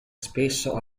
spesso